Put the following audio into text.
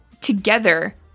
together